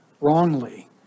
wrongly